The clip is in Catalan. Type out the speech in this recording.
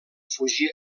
fugir